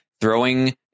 throwing